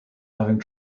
having